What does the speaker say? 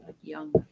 Young